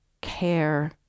Care